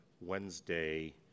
Wednesday